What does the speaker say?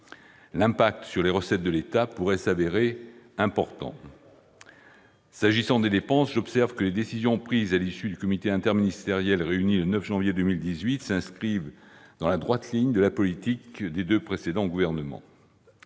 L'impact sur les recettes de l'État pourrait être important. S'agissant des dépenses, j'observe que les décisions prises à l'issue du comité interministériel réuni le 9 janvier 2018 s'inscrivent dans la droite ligne de la politique des deux précédents gouvernements.